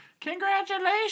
Congratulations